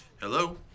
Hello